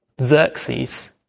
Xerxes